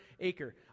acre